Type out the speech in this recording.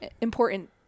important